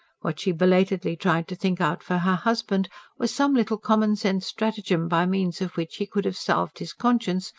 what she belatedly tried to think out for her husband was some little common-sense stratagem by means of which he could have salved his conscience,